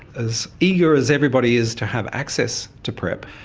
as eager as everybody is to have access to prep,